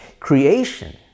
Creation